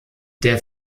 der